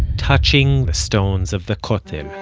touching the stones of the kotel